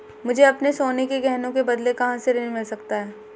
मुझे अपने सोने के गहनों के बदले कहां से ऋण मिल सकता है?